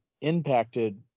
impacted